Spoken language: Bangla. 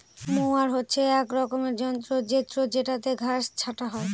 মোয়ার হচ্ছে এক রকমের যন্ত্র জেত্রযেটাতে ঘাস ছাটা হয়